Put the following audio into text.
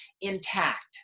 intact